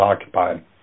occupied